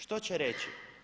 Što će reći?